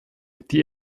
die